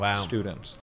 students